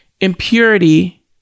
impurity